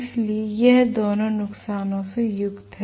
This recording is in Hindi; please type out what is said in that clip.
इसलिए यह इन दोनों नुकसानों से युक्त है